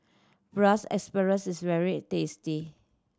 Braised Asparagus is very tasty